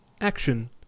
action